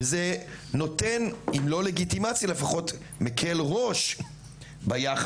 וזה נותן אם לא לגיטימציה לפחות מקל ראש ביחס